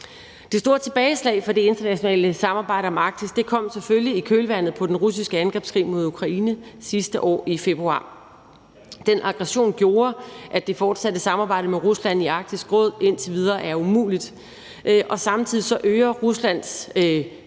Det store tilbageslag for det internationale samarbejde om Arktis kom selvfølgelig i kølvandet på den russiske angrebskrig mod Ukraine sidste år i februar. Den aggression gjorde, at det fortsatte samarbejde med Rusland i Arktisk Råd indtil videre er umuligt, og samtidig øger Ruslands øgede